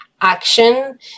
action